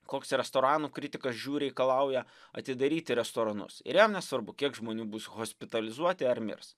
koks restoranų kritikas žiū reikalauja atidaryti restoranus ir jam nesvarbu kiek žmonių bus hospitalizuoti ar mirs